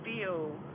feel